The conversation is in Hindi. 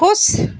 खुश